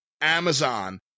Amazon